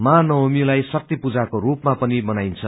महानवमीलाई शक्ति पूजाको रूपमा पनि मनाइन्छ